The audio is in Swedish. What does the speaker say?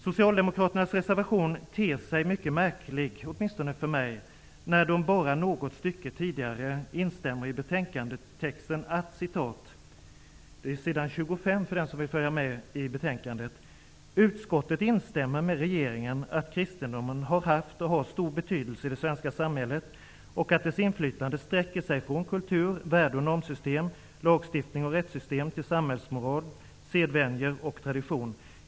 Socialdemokraternas reservation ter sig åtminstone för mig mycket märklig när de bara något stycke tidigare instämmer i betänkandetexten på s. 25, där det sägs att: ''Utskottet instämmer med regeringen att kristendomen har haft och har stor betydelse i det svenska samhället och att dess inflytande sträcker sig från kultur, värde och normsystem, lagstiftning och rättssystem till samhällsmoral, sedvänjor och tradition.